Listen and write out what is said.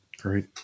Great